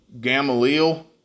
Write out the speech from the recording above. Gamaliel